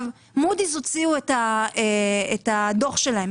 Moody's הוציאו את הדו"ח שלהם.